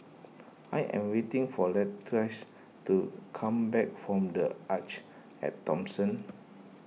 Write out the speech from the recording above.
I am waiting for Latrice to come back from the Arte at Thomson